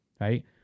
Right